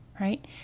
right